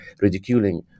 ridiculing